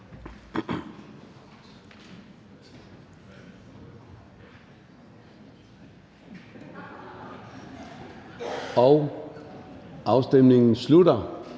Afstemningen slutter.